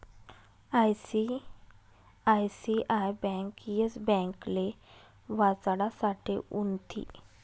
ICICI bank Yes ब्यांकले वाचाडासाठे उनथी